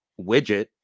widget